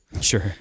Sure